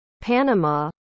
Panama